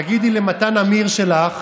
תגידי למתן אמיר שלך